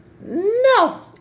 no